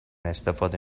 استفاده